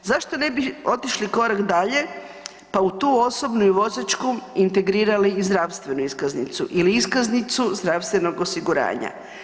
Zašto ne bi otišli korak dalje pa u tu osobnu i vozačku, integrirali i zdravstvenu iskaznicu ili iskaznicu zdravstvenog osiguranja?